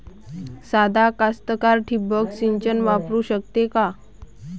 सादा कास्तकार ठिंबक सिंचन वापरू शकते का?